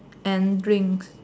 and drinks